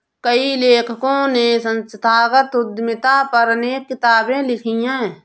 कई लेखकों ने संस्थागत उद्यमिता पर अनेक किताबे लिखी है